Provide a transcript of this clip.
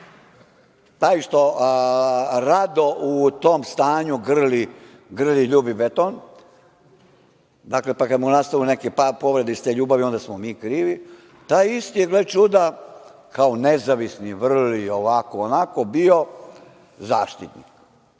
Taj što rado u tom stanju grli i ljubi beton, pa kad mu nastanu neke povrede iz te ljubavi, onda smo mi krivi, taj isti je, gle čuda, kao nezavisni, vrli, ovako, onako, bio zaštitnik,